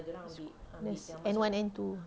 preschool that's N one N two